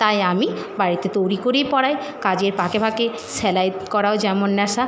তাই আমি বাড়িতে তৈরি করেই পরাই কাজের ফাঁকে ফাঁকে সেলাই করাও যেমন ন্যাশা